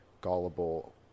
gullible